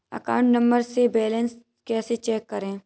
Account number से balance कैसे check करें?